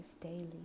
daily